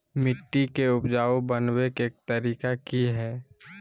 मिट्टी के उपजाऊ बनबे के तरिका की हेय?